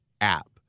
app